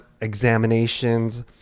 examinations